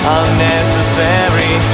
unnecessary